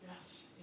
Yes